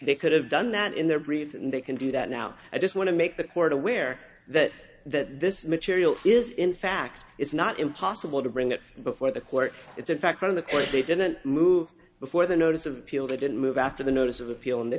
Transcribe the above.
they could have done that in the reason they can do that now i just want to make the court aware that this material is in fact it's not impossible to bring it before the court is in fact on the court they didn't move before the notice of appeal they didn't move after the notice of appeal and they